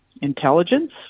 intelligence